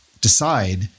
decide